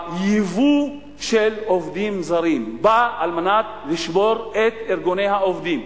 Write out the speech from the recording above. הייבוא של עובדים זרים בא לשבור את ארגוני העובדים.